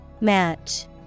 Match